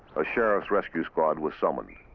a sheriff's rescue squad was summoned.